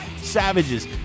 Savages